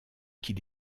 qu’il